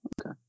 Okay